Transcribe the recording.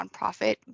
nonprofit